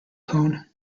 cone